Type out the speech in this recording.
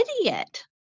idiot